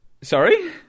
Sorry